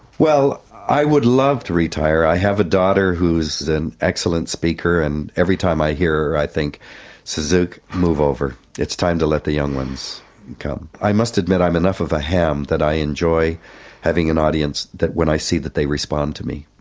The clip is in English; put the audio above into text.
well, i would love to retire. i have a daughter who's an excellent speaker and every time i hear her i think suzuki, move over. it's time to let the young ones come. i must admit i'm enough of a ham that i enjoy having an audience when i see that they respond to me.